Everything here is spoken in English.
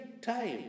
time